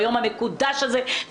ביום המקודש הזה.